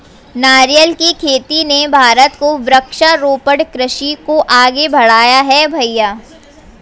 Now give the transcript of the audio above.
नारियल की खेती ने भारत को वृक्षारोपण कृषि को आगे बढ़ाया है भईया